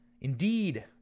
Indeed